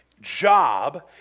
job